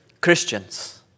Christians